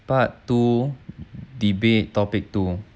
part two debate topic two